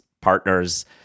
partners